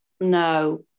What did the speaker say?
no